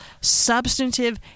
substantive